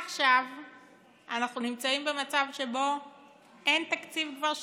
עכשיו אנחנו נמצאים במצב שאין תקציב כבר שנתיים.